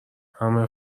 همه